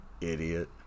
Idiot